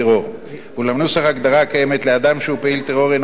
אולם נוסח ההגדרה הקיימת לאדם שהוא פעיל טרור אינו מאפשר הכרזה